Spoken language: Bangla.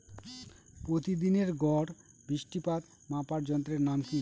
প্রতিদিনের গড় বৃষ্টিপাত মাপার যন্ত্রের নাম কি?